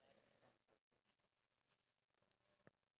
but then I'm not sure of the outcome of it